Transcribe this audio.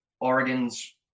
Oregon's